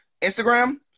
Instagram